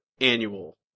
Annual